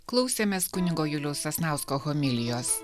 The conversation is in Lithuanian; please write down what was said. klausėmės kunigo juliaus sasnausko homilijos